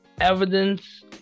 evidence